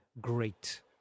great